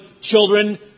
children